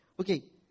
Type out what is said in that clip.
Okay